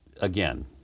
again